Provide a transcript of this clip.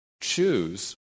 choose